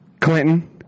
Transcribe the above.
Clinton